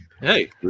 hey